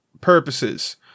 purposes